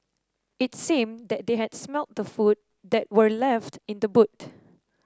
it seemed that they had smelt the food that were left in the boot